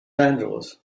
angeles